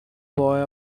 boy